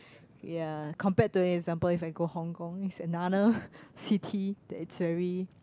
ya compared to example if I go Hong-Kong it's another city that is very